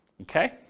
Okay